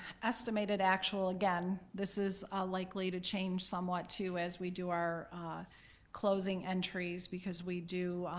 estimated actual, again this is likely to change somewhat too, as we do our closing entries, because we do